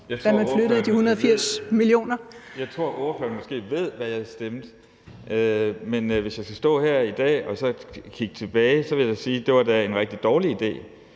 12:02 Uffe Elbæk (FG): Jeg tror, at ordføreren måske ved, hvad jeg stemte, men hvis jeg skal stå her i dag og kigge tilbage, vil jeg sige, at det da var en rigtig dårlig idé.